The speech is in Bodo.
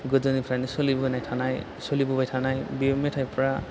गोदोनिफ्रायनो सोलिबोनाय थानाय सोलिबोबाय थानाय बेयो मेथाइफोरा